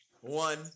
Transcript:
one